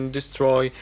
destroy